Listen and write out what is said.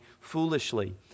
foolishly